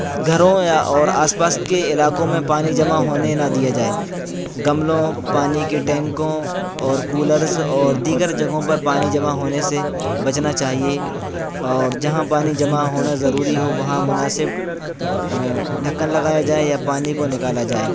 گھروں یا اور آس پاس کے علاقوں میں پانی جمع ہونے نہ دیا جائے گملوں پانی کے ٹینکوں اور کولرز اور دیگر جگہوں پر پانی جمع ہونے سے بچنا چاہیے اور جہاں پانی جمع ہونا ضروری ہو وہاں مناسب ڈھکن لگایا جائے یا پانی کو نکالا جائے